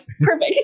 perfect